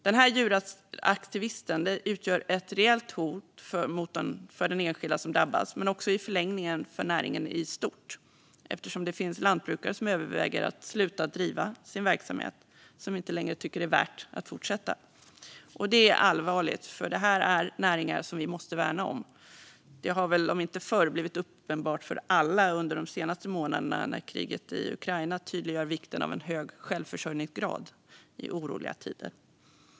Denna djurrättsaktivism utgör ett reellt hot mot de enskilda som drabbas men i förlängningen också mot näringen i stort eftersom det finns lantbrukare som överväger att sluta att driva sin verksamhet och inte tycker att det längre är värt att fortsätta. Det är allvarligt, för detta är näringar som vi måste värna om. Det har väl, om inte förr, blivit uppenbart för alla under de senaste månaderna när kriget i Ukraina har tydliggjort vikten av en hög självförsörjningsgrad i oroliga tider.